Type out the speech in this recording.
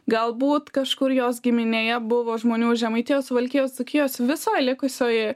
galbūt kažkur jos giminėje buvo žmonių iš žemaitijos suvalkijos dzūkijos visoj likusioj